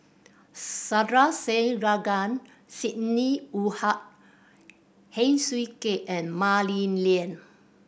Sandrasegaran Sidney Woodhull Heng Swee Keat and Mah Li Lian